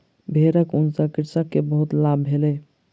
भेड़क ऊन सॅ कृषक के बहुत लाभ भेलै